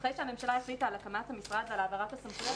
אחרי שהממשלה החליטה על הקמת המשרד ועל העברת הסמכויות,